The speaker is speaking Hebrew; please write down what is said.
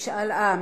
משאל עם,